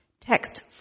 text